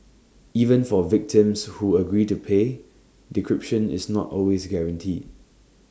even for victims who agree to pay decryption is not always guaranteed